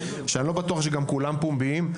שאני לא בטוח שכולם פומביים.